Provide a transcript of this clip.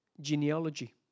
genealogy